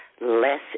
less